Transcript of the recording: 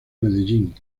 medellín